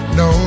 no